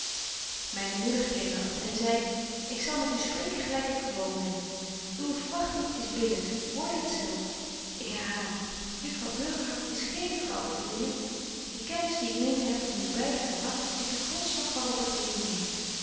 myne moeder glimlachte en zei ik zal met u spreken gelyk ik gewoon ben uwe verwagting is billyk oordeelt zelf ik herhaal het juffrouw burgerhart is geene vrouw voor u willem de kennis die ik meen te hebben van uw beider karakter is de grondslag waar op ik redeneer